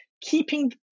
keeping